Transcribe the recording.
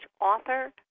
author